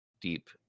deep